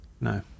No